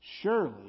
Surely